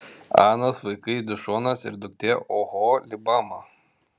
anos vaikai dišonas ir duktė oholibama